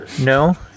no